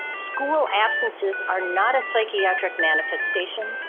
school absences are not a psychiatric manifestation,